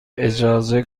اجازه